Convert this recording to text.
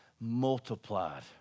multiplied